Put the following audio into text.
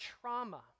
trauma